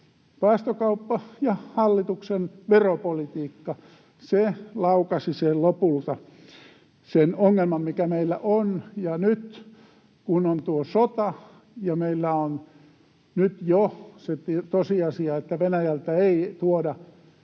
päästökauppa ja hallituksen veropolitiikka. Ne laukaisivat lopulta sen ongelman, mikä meillä on. Ja nyt, kun on tuo sota, meillä on nyt jo se tosiasia, että Venäjältä ei tuoda